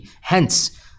Hence